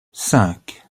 cinq